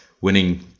winning